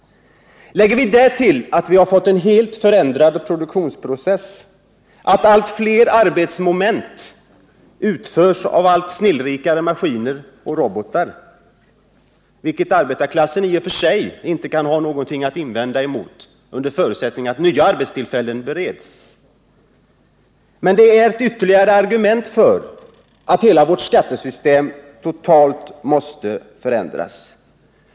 Därtill kommer att vi har fått en helt förändrad produktionsprocess. Allt fler arbetsmoment utförs av allt snillrikare maskiner och robotar, vilket arbetarklassen i och för sig inte kan ha något att invända emot, under förutsättning att nya arbetstillfällen bereds. Men det är ett ytterligare argument för att vårt skattesystem totalt måste förändras.